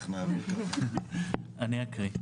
החדש) (הוראת שעה) (תיקון מס' 6),